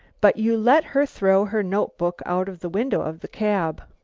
but you let her throw her notebook out of the window of the cab.